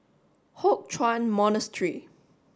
Hock Chuan Monastery